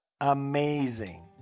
Amazing